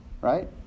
Right